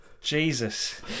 Jesus